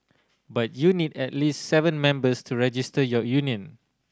but you need at least seven members to register your union